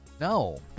No